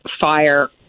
fire